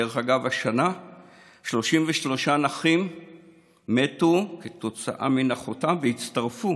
דרך אגב, השנה 33 נכים מתו כתוצאה מנכותם והצטרפו